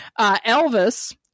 Elvis